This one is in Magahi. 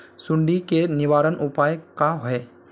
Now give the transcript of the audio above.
सुंडी के निवारण उपाय का होए?